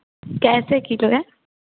कैसे किलो है